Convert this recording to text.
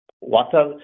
water